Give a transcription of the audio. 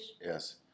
Yes